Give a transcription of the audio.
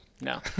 no